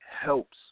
helps